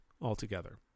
altogether